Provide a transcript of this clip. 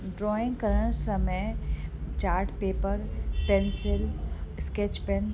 drawing करण समय chart paper pencil sketch pen